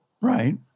Right